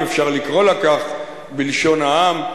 אם אפשר לקרוא לה כך בלשון העם,